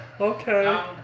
Okay